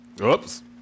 Oops